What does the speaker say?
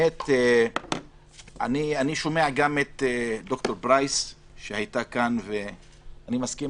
אני שומע גם את ד"ר פרייס שהייתה כאן ואני מסכים